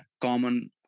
common